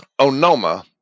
onoma